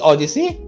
Odyssey